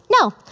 No